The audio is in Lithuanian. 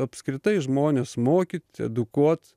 apskritai žmones mokyt edukuot